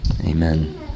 Amen